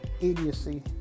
idiocy